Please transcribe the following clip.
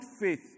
faith